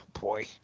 Boy